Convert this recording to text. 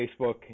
Facebook